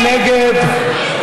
מי נגד?